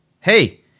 hey